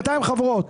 ב-200 חברות.